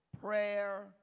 prayer